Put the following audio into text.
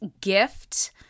gift